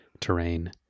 terrain